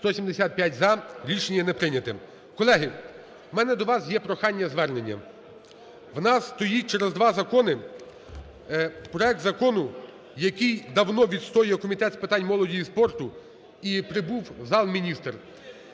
За-175 Рішення не прийнято. Колеги, в мене до вас є прохання-звернення. В нас стоїть через два закони проект закону, який давно відстоює Комітет з питань молоді і спорту, і прибув в зал міністр.